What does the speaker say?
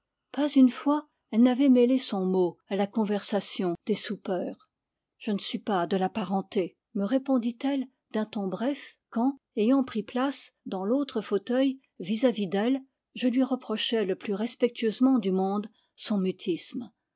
pas une fois elle n'avait mêlé son mot à la conversation des soupeurs t je ne suis pas de la parenté me répondit elle d'un ton bref quand ayant pris place dans l'autre fauteuil vis-à-vis d'elle je lui reprochai le plus respectueusement du monde son mutisme